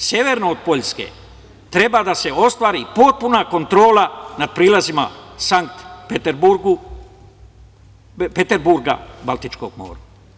Deveto – severno od Poljske treba da se ostvari potpuna kontrola nad prilazima Sanpeterburga Baltičkom moru.